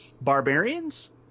barbarians